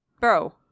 bro